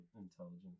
intelligence